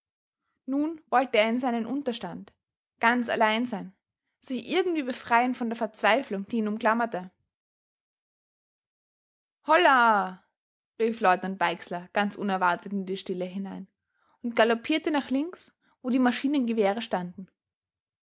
nun wollte er in seinen unterstand ganz allein sein sich irgendwie befreien von der verzweiflung die ihn umklammerte holla rief leutnant weixler ganz unerwartet in die stille hinein und galoppierte nach links wo die maschinengewehre standen